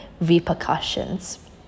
repercussions